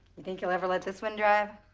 you think he'll ever let this one drive?